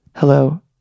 Hello